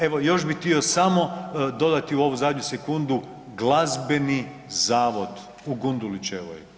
Evo, još bi htio samo dodati u ovo zadnju sekundu Glazbeni zavod u Gundulićevoj.